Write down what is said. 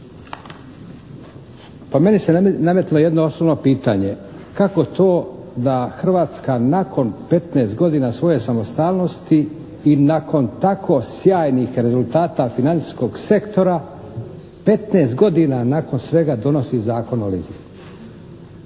Pa meni se nametnulo jedno osnovno pitanje. Kako to da Hrvatska nakon 15 godina svoje samostalnosti i nakon tako sjajnih rezultata financijskog sektora 15 godina nakon svega donosi Zakon o leasingu?